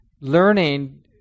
learning